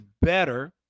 better